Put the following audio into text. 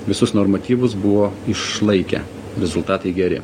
visus normatyvus buvo išlaikę rezultatai geri